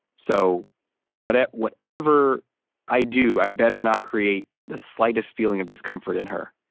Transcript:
so whatever whatever i do i better not create the slightest feeling of discomfort in her.